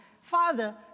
father